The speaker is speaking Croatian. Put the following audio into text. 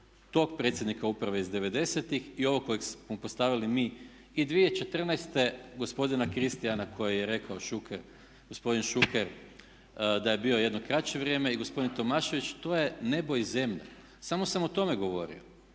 tog predsjednika uprave iz devedesetih i ovog kojeg smo postavili mi i 2014. gospodina Kristijana koji je rekao Šuker, gospodin Šuker da je bio jedno kraće vrijeme i gospodin Tomašević to je nebo i zemlja. Samo sam o tome govorio.